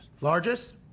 Largest